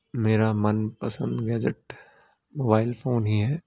ਮੇਰਾ ਮਨਪਸੰਦ gadget mobile phone ਹੀ ਹੈ